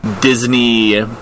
Disney